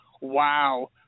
Wow